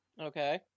Okay